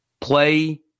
play